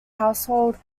household